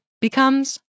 becomes